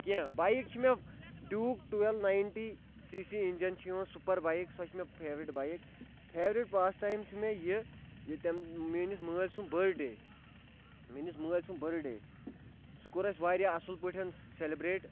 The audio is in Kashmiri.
کینٛہہ بایِک چھِ مےٚ Duke twelve ninety C C engine چھِ یِوان سُپَر بایِک سۄ چھِ مےٚ favourite bike favourite pastime چھُ مےٚ یہِ یہِ تٔمۍ میٛٲنِس مٲلۍ سُنٛد بٔر ڈے میٛٲنِس مٲلۍ سُنٛد بٔرٕ ڈے سُہ کوٚر اَسہِ واریاہ اَصٕل پٲٹھۍ سٮ۪لِبرٛیٹ